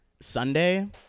Sunday